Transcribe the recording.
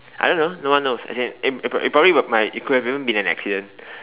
I don't know no one knows as in it it probably would have might it could have even been an accident